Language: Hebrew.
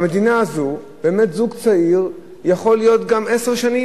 במדינה הזאת באמת זוג צעיר יכול להיות כזה גם עשר שנים,